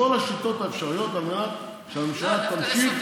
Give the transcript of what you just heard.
כל השיטות האפשריות על מנת שהממשלה תמשיך,